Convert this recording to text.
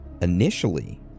Initially